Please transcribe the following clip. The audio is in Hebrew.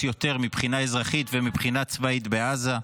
יותר מבחינה אזרחית ומבחינה צבאית בעזה.